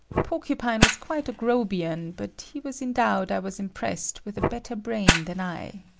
porcupine was quite a grobian but he was endowed, i was impressed, with a better brain than i.